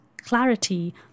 clarity